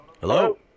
Hello